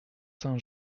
saint